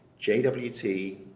JWT